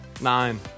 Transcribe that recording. Nine